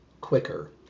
quicker